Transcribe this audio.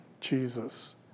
Jesus